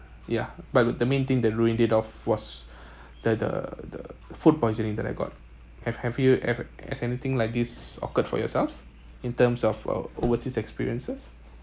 ya but the main thing that ruined it off was that the the food poisoning that I got have have you ever has anything like this occured for yourself in terms of a overseas experiences